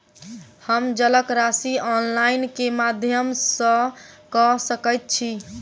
हम जलक राशि ऑनलाइन केँ माध्यम सँ कऽ सकैत छी?